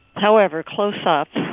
however, close up,